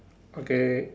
okay